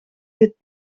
dit